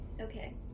Okay